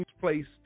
placed